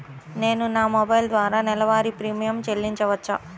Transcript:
నేను నా మొబైల్ ద్వారా నెలవారీ ప్రీమియం చెల్లించవచ్చా?